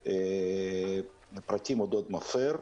סכומן, ופרטים אודות המפר,